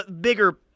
Bigger